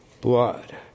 blood